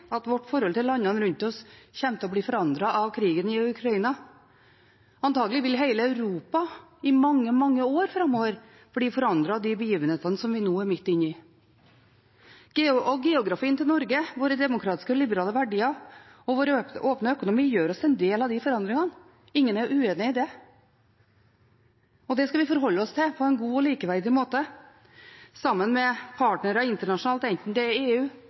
at vårt forhold til landene rundt oss kommer til å bli forandret av krigen i Ukraina. Antakelig vil hele Europa i mange, mange år framover bli forandret av de begivenhetene som vi nå er midt inne i. Geografien til Norge, våre demokratiske og liberale verdier og vår åpne økonomi gjør oss til en del av de forandringene. Ingen er uenig i det. Det skal vi forholde oss til på en god og likeverdig måte, sammen med partnere internasjonalt, enten det er EU,